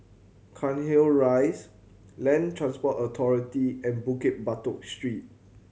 Cairnhill Rise Land Transport Authority and Bukit Batok Street